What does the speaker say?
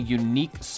unique